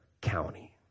County